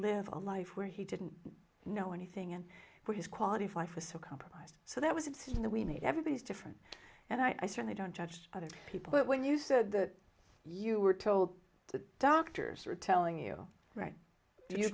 live a life where he didn't know anything and where his quality of life was so compromised so that was a decision that we made everybody's different and i certainly don't judge other people but when you said that you were told the doctors are telling you right you